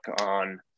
on